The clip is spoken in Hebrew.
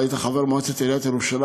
אתה היית חבר מועצת ירושלים,